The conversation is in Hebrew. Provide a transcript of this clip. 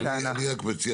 לא, לא.